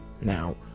Now